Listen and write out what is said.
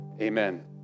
Amen